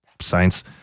science